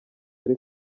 ari